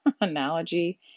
analogy